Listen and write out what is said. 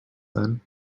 then